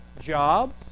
jobs